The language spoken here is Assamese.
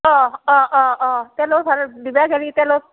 অ' অ' অ' অ' তেলৰ ভাৰত দিব গ'লে তেলত